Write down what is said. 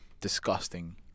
disgusting